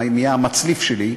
נהיה המצליף שלי,